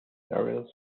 areas